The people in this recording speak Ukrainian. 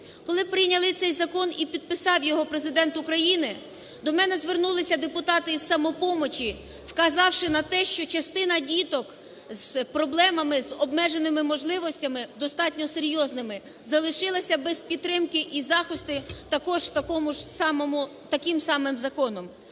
Коли прийняли цей закон і підписав його Президент України, до мене звернулись депутати з "Самопомочі", вказавши на те, що частина діток з проблемами, з обмеженими можливостями достатньо серйозними залишилась без підтримки і захисту також таким самим законом.